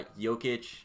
Jokic